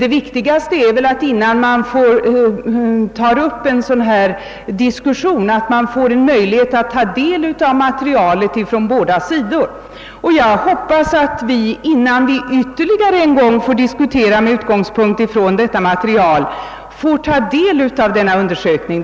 Det viktigaste är väl emellertid att båda sidor innan en diskussion av detta slag förs får möjlighet att ta del av materialet. Jag hoppas att vi innan vi nästa gång skall föra en diskussion med utgångspunkt från detta material får ta del av undersökningen.